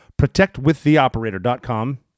protectwiththeoperator.com